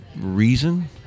reason